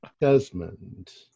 Desmond